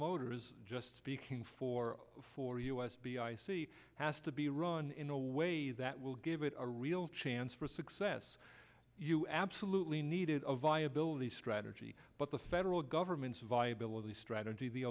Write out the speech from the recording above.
motors just speaking for for us b i see has to be run in a way that will give it a real chance for success you absolutely needed a viability strategy but the federal government's viability strategy the